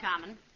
common